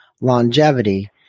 longevity